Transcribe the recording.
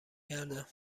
کردم